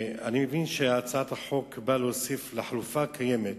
אני מבין שהצעת החוק באה להוסיף לחלופה הקיימת